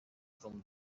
from